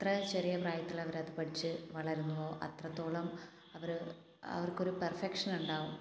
എത്ര ചെറിയ പ്രായത്തിൽ അവരത് പഠിച്ച് വളരുന്നുവോ അത്രത്തോളം അവർ അവർക്കൊരു പെർഫെക്ഷൻ ഉണ്ടാവും